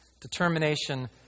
determination